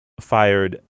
fired